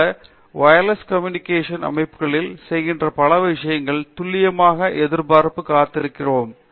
பேராசிரியர் தீபா வெங்கடேசன் அதுபோல wireless communication அமைப்புகளில் செய்கின்ற பல விஷயங்களைத் துல்லியமாக எதிர்பார்த்து காத்திருக்கிறோம்